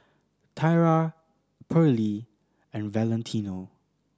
Tyra Perley and Valentino